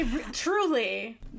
Truly